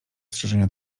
strzyżenia